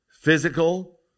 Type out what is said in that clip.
Physical